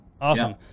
Awesome